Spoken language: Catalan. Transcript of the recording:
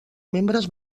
membres